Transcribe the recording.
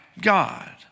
God